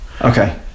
okay